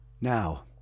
Now